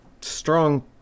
strong